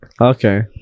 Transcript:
Okay